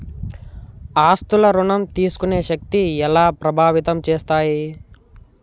ఆస్తుల ఋణం తీసుకునే శక్తి ఎలా ప్రభావితం చేస్తాయి?